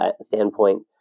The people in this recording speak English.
standpoint